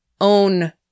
own